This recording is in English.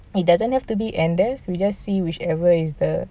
it doesn't have to be andes we just see whichever is the